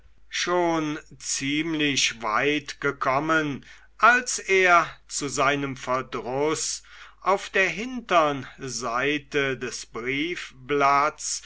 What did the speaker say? schon ziemlich weit gekommen als er zu seinem verdruß auf der hintern seite des